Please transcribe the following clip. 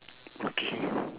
okay